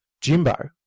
Jimbo